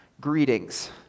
greetings